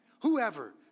Whoever